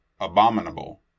abominable